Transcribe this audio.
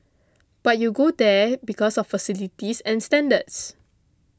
but you go there because of facilities and standards